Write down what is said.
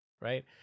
right